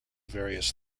various